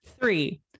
Three